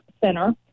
Center